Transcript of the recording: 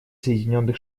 соединенных